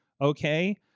okay